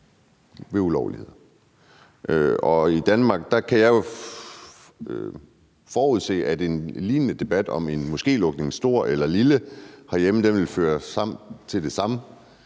ved ulovligheder, og jeg kan jo forudse, at en lignende debat om en moskélukning, stor eller lille, herhjemme ville føre til det samme: